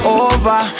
over